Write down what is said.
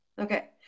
okay